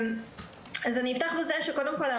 קודם כול,